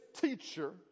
teacher